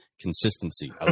consistency